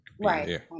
Right